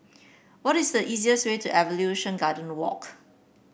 what is the easiest way to Evolution Garden Walk